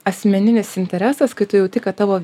asmeninis interesas kai tu jauti kad tavo